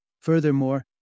Furthermore